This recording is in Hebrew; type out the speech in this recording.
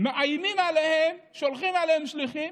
מאיימים עליהם, שולחים אליהם שליחים: